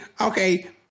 okay